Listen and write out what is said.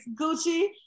gucci